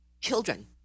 children